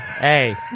hey